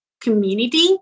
community